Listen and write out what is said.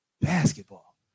basketball